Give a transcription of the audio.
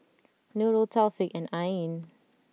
Nurul Taufik and Ain